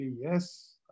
Yes